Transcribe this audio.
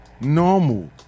normal